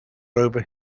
over